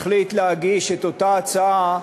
החליט להגיש את אותה הצעה.